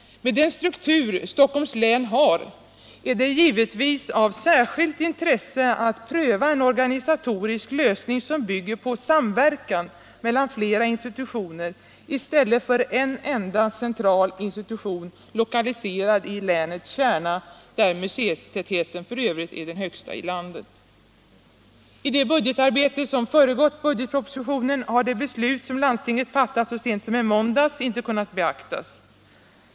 Med den struktur Stockholms län har är det givetvis av särskilt intresse att pröva en organisatorisk lösning som bygger på samverkan mellan flera institutioner i stället för en enda central institution, lokaliserad i länets kärna, där museitätheten f.ö. är den högsta i landet. I det budgetarbete som föregått budgetpropositionen har det beslut som landstinget fattat så sent som i måndags inte kunnat beaktas.